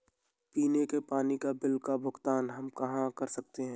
पीने के पानी का बिल का भुगतान हम कहाँ कर सकते हैं?